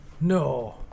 No